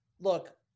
Look